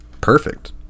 perfect